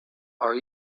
are